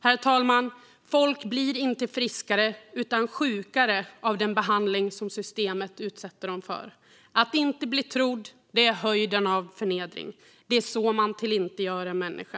Herr talman! Folk blir inte friskare utan sjukare av den behandling som systemet utsätter dem för. Att inte bli trodd är höjden av förnedring. Det är så man tillintetgör en människa.